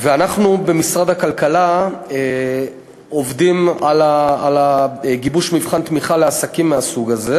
ואנחנו במשרד הכלכלה עובדים על גיבוש מבחן תמיכה לעסקים מהסוג הזה.